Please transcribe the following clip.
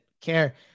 care